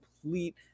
complete